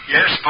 Yes